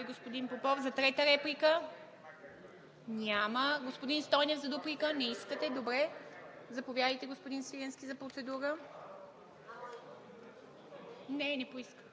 господин Попов. За трета реплика? Няма. Господин Стойнев, за дуплика? Не искате, добре. Заповядайте, господин Свиленски, за процедура.